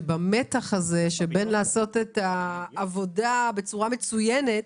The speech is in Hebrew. שבמתח הזה שבין לעשות את העבודה בצורה מצוינת